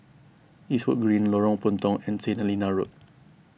Eastwood Green Lorong Puntong and Saint Helena Road